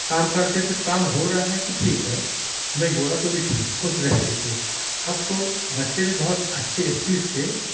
काम करते थे तो काम हो रहा है तो ठीक है नहीं हो रहा तो भी ठीक है खुश रहते थे अब तो बच्चे भी बहुत अच्छे स्पीड से